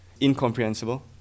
incomprehensible